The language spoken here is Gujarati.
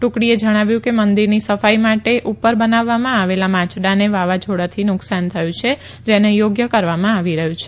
ટુકડીએ જણાવ્યું કે મંદિરની સફાઈ માટે ઉપર બનાવવામાં આવેલા માચડાને વાવાઝોડાથી નુકસાન થયું છે જેને યોગ્ય કરવામાં આવી રહ્યું છે